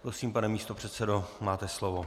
Prosím, pane místopředsedo, máte slovo.